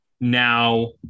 Now